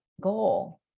goal